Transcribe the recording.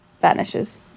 vanishes